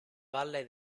valle